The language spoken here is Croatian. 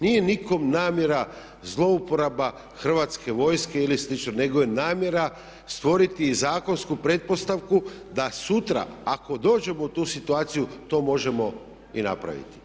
Nije nikom namjera zlouporaba Hrvatske vojske ili slično nego je namjera stvoriti i zakonsku pretpostavku da sutra ako dođemo u tu situaciju to možemo i napraviti.